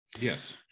Yes